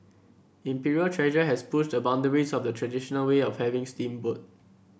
Imperial Treasure has pushed the boundaries of the traditional way of having steamboat